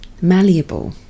malleable